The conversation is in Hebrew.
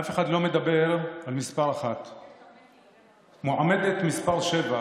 אף אחד לא מדבר על מס' 1. מועמדת מס' 7,